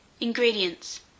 Ingredients